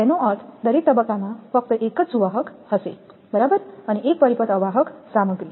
તેનો અર્થ દરેક તબક્કામાં ફક્ત એક જ સુવાહક હશે બરાબર અને એક પરિપથ અવાહક સામગ્રી